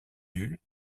nul